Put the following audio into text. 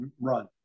run